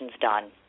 done